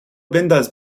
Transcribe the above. بنداز